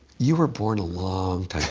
you were born a long time